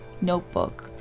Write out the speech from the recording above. notebook